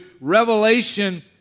Revelation